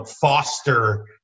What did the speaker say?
foster